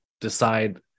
decide